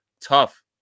tough